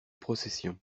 procession